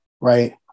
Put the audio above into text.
right